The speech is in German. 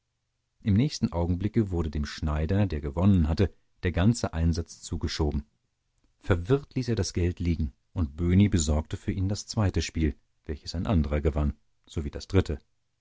im nächsten augenblicke wurde dem schneider der gewonnen hatte der ganze einsatz zugeschoben verwirrt ließ er das geld liegen und böhni besorgte für ihn das zweite spiel welches ein anderer gewann sowie das dritte